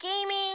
Gaming